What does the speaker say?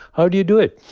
how do you do it?